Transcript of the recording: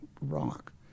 rock